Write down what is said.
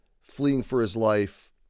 fleeing-for-his-life